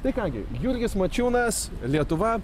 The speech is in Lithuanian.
tai ką gi jurgis mačiūnas lietuva